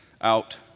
out